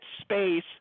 space